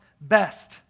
best